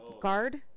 guard